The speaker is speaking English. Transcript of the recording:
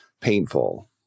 painful